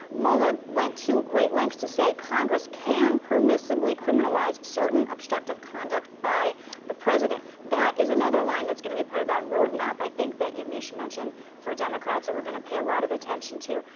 mueller went to great lengths to say congress can permissibly criminalize certain obstructive conduct by the president. that is another line that's going to be part of that road map, i think, that yamiche mentioned for democrats that we're going to pay a lot of attention to.